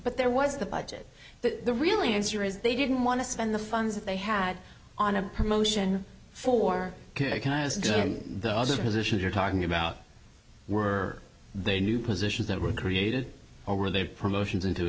but there was the budget that the really answer is they didn't want to spend the funds that they had on a promotion for the other positions you're talking about were they new positions that were created or were there promotions into